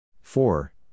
four